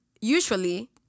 usually